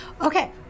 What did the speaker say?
Okay